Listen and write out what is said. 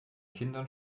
kindern